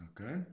Okay